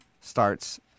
starts